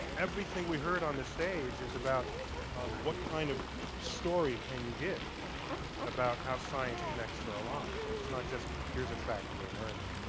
everything we heard on this stage is about what kind of story can you give about how science connects to our lives? and it's not just here's a fact, go learn it.